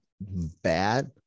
bad